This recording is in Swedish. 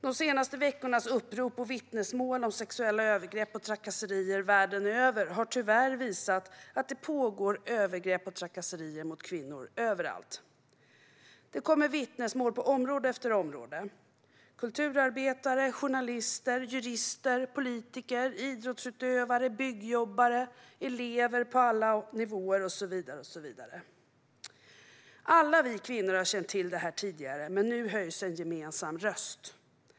De senaste veckornas upprop och vittnesmål om sexuella övergrepp och trakasserier världen över visar tyvärr att det pågår övergrepp och trakasserier mot kvinnor överallt. Det kommer vittnesmål på område efter område: kulturarbetare, journalister, jurister, politiker, idrottsutövare, byggjobbare, elever på alla nivåer och så vidare. Alla vi kvinnor har känt till detta tidigare, men nu höjs en gemensam röst.